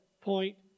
point